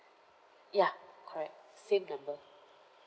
ya correct same number